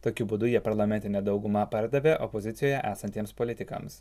tokiu būdu jie parlamentinę daugumą pardavė opozicijoje esantiems politikams